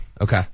Okay